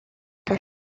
das